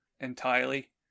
entirely